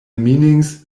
meanings